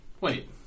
wait